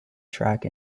track